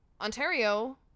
Ontario